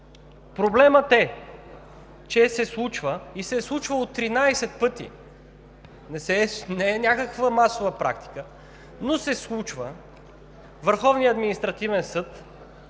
Проблемът е, че се случва и се е случвало 13 пъти. Не е някаква масова практика, но се случва Върховният административен съд